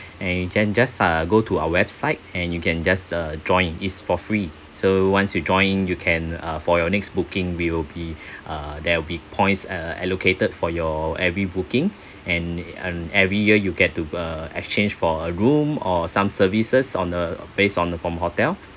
and you can just uh go to our website and you can just uh join it's for free so once you join you can uh for your next booking we will be uh there will be points uh allocated for your every booking and in every year you get to uh exchange for a room or some services on a based on the comp~ hotel